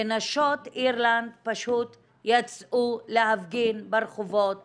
ונשות אירלנד פשוט יצאו להפגין ברחובות